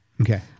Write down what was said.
Okay